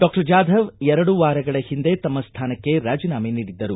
doctor Jadhav ಎರಡು ವಾರಗಳ ಹಿಂದೆ ತಮ್ಮ ಸ್ಥಾನಕ್ಕೆ ರಾಜಿನಾಮೆ ನೀಡಿದ್ದರು